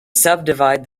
subdivide